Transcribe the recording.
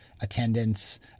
attendance